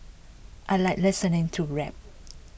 I like listening to rap